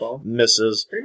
misses